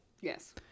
Yes